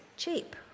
Cheap